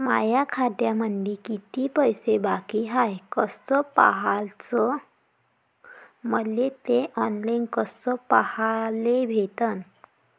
माया खात्यामंधी किती पैसा बाकी हाय कस पाह्याच, मले थे ऑनलाईन कस पाह्याले भेटन?